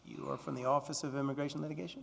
you are from the office of immigration litigation